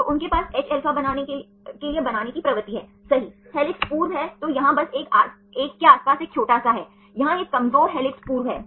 तो उनके पास hα बनाने के लिए बनाने की प्रवृत्ति है सही हेलिक्स पूर्व हैं तो यहाँ बस एक के आसपास एक छोटा सा है यहाँ यह कमजोर हेलिक्स पूर्व है